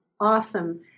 awesome